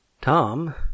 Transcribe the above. Tom